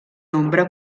nombre